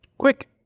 Quick